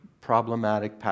problematic